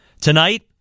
Tonight